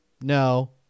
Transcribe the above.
No